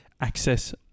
access